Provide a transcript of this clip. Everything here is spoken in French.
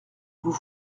vous